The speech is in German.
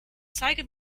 zeige